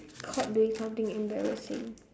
caught doing something embarrassing